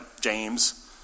James